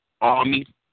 army